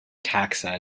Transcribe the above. taxa